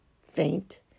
faint